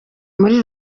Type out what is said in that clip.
muri